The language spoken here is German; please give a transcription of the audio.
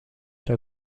der